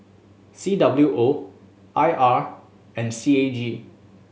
C W O I R and C A G